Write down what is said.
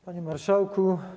Panie Marszałku!